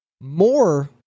More